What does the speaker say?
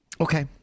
Okay